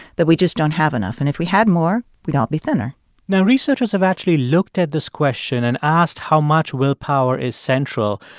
that we just don't have enough. and if we had more, we'd all be thinner now, researchers have actually looked at this question and asked how much willpower is central.